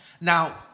Now